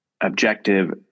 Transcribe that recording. objective